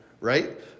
right